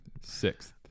Sixth